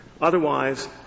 Otherwise